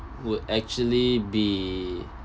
would actually be